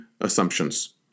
assumptions